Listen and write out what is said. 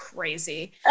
crazy